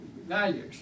values